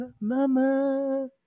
mama